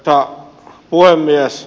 arvoisa puhemies